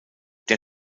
der